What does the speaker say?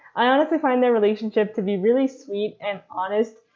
i honestly find their relationship to be really sweet and honest.